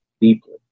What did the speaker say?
deeply